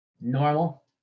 Normal